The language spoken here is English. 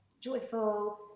joyful